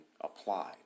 applied